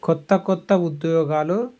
క్రొత్త క్రొత్త ఉద్యోగాలు